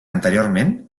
anteriorment